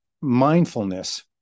Mindfulness